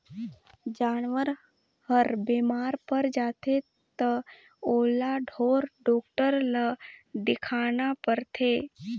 जानवर हर बेमार पर जाथे त ओला ढोर डॉक्टर ल देखाना परथे